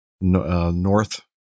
north